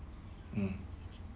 mm